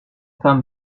femme